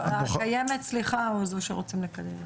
הקיימת, סליחה, או זו שרוצים לקדם?